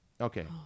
Okay